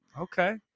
Okay